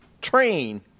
Train